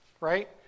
right